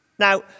Now